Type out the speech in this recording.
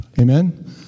Amen